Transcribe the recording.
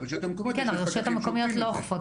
הן לא אוכפות.